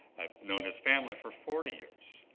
i've known his family for forty years.